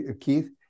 Keith